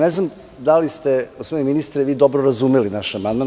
Ne znam da li ste, gospodine ministre, vi dobro razumeli naš amandman.